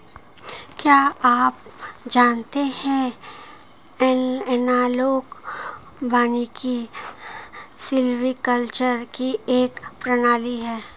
क्या आप जानते है एनालॉग वानिकी सिल्वीकल्चर की एक प्रणाली है